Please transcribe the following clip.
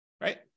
right